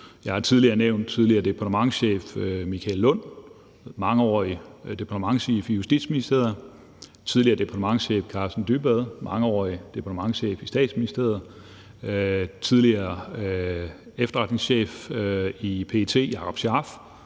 Jeg har tidligere nævnt tidligere departementschef Michael Lund, mangeårig departementschef i Justitsministeriet; tidligere departementschef Karsten Dybvad, mangeårig departementschef i Statsministeriet; tidligere efterretningschef i PET Jakob Scharf;